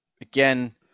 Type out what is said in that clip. again